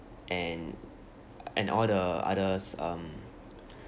and and all the others um